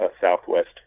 Southwest